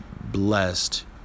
blessed